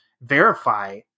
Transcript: verify